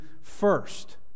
first